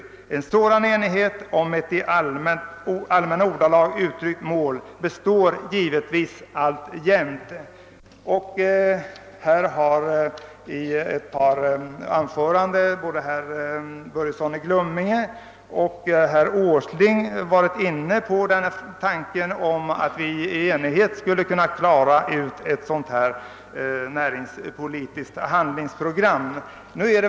En sådan enighet om ett i allmänna ordalag uttryckt mål består givetvis alltjämt.» I den här debatten har också ett par talare — både herr Börjesson i Glömminge och herr Åsling — varit inne på tanken att vi i enighet skulle kunna komma fram till ett sådant här näringspolitiskt handlingsprogram.